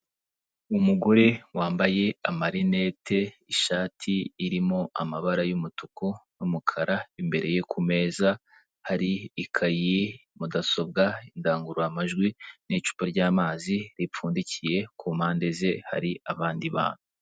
Umugore wambaye amarinete, ishati irimo amabara y'umutuku n'umukara, imbere ye kumeza hari ikayi, mudasobwa, indangururamajwi n'icupa ry'amazi ripfundikiye ku mpande ze hari abandi bantu.